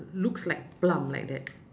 looks like plum like that